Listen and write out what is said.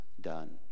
done